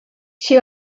she